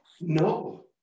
No